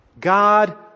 God